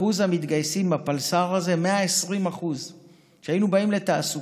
אחוז המתגייסים בפלס"ר הזה הוא 120%. כשהיינו באים לתעסוקה